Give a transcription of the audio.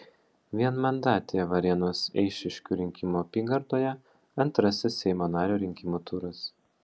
vienmandatėje varėnos eišiškių rinkimų apygardoje antrasis seimo nario rinkimų turas